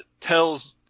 tells